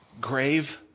grave